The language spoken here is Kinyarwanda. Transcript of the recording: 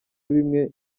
bimwe